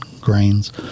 grains